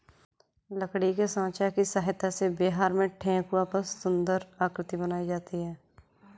लकड़ी के साँचा की सहायता से बिहार में ठेकुआ पर सुन्दर आकृति बनाई जाती है